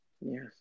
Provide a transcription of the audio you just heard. Yes